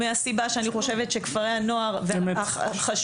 מהסיבה שאני חושבת שכפרי הנוער החשובים